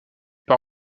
par